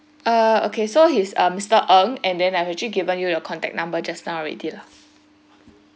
err okay so he's mister ng and then I've actually given you the contact number just now already lah